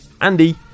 Andy